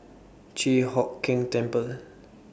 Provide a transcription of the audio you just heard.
Chi Hock Keng Temple